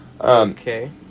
Okay